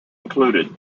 included